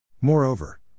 Moreover